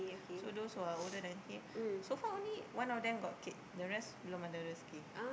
so those who are older than him so far only one of them got kid the rest belum ada rezeki